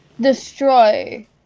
destroy